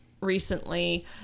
Recently